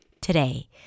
today